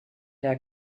der